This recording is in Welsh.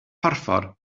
porffor